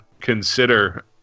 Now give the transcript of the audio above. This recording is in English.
consider